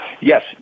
yes